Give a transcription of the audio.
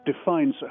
defines